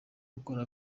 gukora